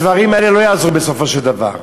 הדברים האלה לא יעזרו, בסופו של דבר.